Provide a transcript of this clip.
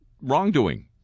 wrongdoing